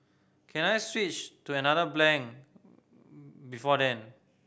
can I switch to another blank before then